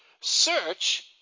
Search